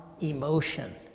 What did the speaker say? emotion